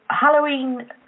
Halloween